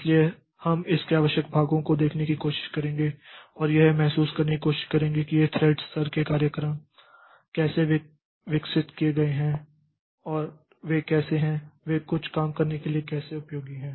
इसलिए हम इसके आवश्यक भागों को देखने की कोशिश करेंगे और यह महसूस करने की कोशिश करेंगे कि ये थ्रेड स्तर के कार्यक्रम कैसे विकसित किए गए हैं और वे कैसे हैं वे कुछ काम करने के लिए कैसे उपयोगी हैं